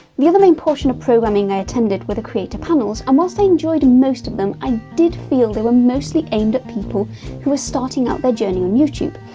the other main portion of programming i attended were the creator panels, and um whilst i enjoyed most of them i did feel they were mostly aimed at people who were starting out their journey on youtube.